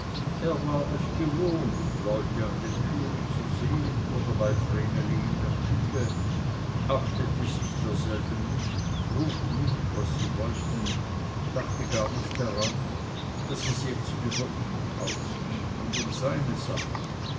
er war es gewohnt leute an den türen zu sehen oder bei vreneli in der küche achtete sich derselben nicht frug nicht was sie wollten dachte gar nicht daran daß es jetzt über ihn ausging und um seine sache